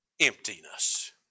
emptiness